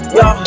yo